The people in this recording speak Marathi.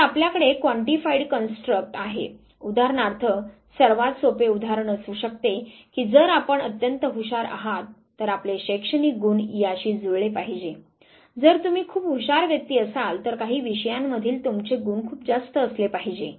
तर आपल्याकडे कॉन्टीफाईड कन्स्टृक्ट आहे उदाहरणार्थ सर्वात सोपे उदाहरण असे असू शकते की जर आपण अत्यंत हुशार आहात तर आपले शैक्षणिक गुण याशी जुळले पाहिजे जर तुम्ही खूप हुशार व्यक्ती असाल तर काही विषयांमधील तुमचे गुण खूप जास्त असले पाहिजे